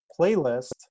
playlist